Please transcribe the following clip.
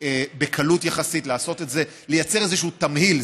בקלות יחסית, לייצר איזשהו תמהיל.